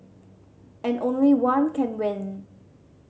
and only one can win